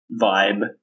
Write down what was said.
vibe